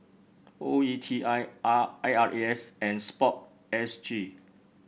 O E T I R A R A S and sport S G